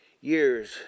years